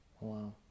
Wow